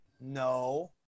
No